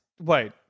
Wait